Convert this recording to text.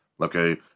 okay